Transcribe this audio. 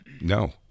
No